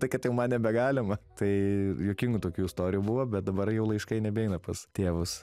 tai kad jau man nebegalima tai juokingų tokių istorijų buvo bet dabar jau laiškai nebeina pas tėvus